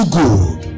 good